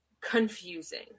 confusing